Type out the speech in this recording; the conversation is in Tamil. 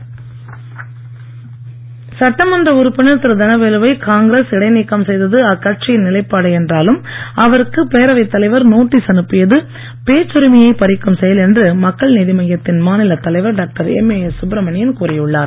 மய்யம் சட்டமன்ற உறுப்பினர் திரு தனவேலுவை காங்கிரஸ் இடைநீக்கம் செய்தது அக்கட்சியின் நிலைப்பாடு என்றாலும் அவருக்கு பேரவை தலைவர் நோட்டீஸ் அனுப்பியது பேச்சுரிமையை பறிக்கும் செயல் என்று மக்கள் நீதி மய்யத்தின் மாநிலத் தலைவர் டாக்டர் எம்ஏஎஸ் சுப்பிரமணியன் கூறி உள்ளார்